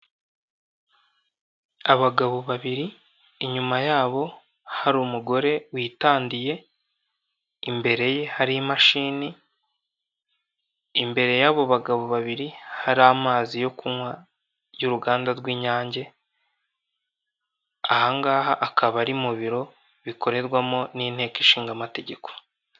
Abagabo babiri inyuma yabo hari umugore witadiye imbere, ye hari imashini imbere y'abo bagabo babiri hari amazi yo kunywa y'uruganda rw'inyange aha ngaha akaba ari mu biro bikorerwamo n'inteko ishinga amategeko.